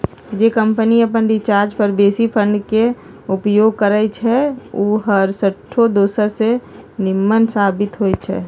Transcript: जे कंपनी अप्पन रिसर्च पर बेशी फंड के उपयोग करइ छइ उ हरसठ्ठो दोसर से निम्मन साबित होइ छइ